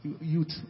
youth